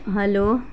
hello